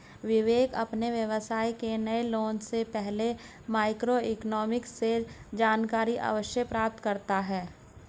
विवेक अपने व्यवसाय के नए लॉन्च से पहले माइक्रो इकोनॉमिक्स से जानकारी अवश्य प्राप्त करता है